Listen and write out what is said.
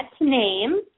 name